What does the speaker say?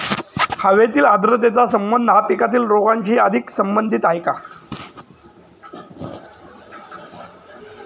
हवेतील आर्द्रतेचा संबंध हा पिकातील रोगांशी अधिक संबंधित आहे का?